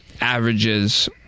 Averages